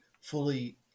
fully